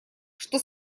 что